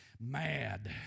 mad